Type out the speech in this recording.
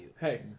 Hey